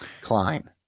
Klein